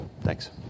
Thanks